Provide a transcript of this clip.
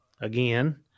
again